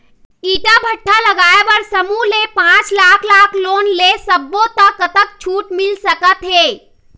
ईंट भट्ठा लगाए बर समूह ले पांच लाख लाख़ लोन ले सब्बो ता कतक छूट मिल सका थे?